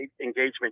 engagement